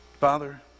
Father